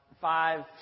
five